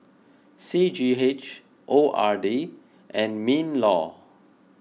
C G H O R D and MinLaw